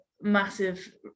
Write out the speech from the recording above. massive